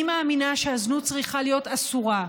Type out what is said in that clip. אני מאמינה שהזנות צריכה להיות אסורה,